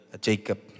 Jacob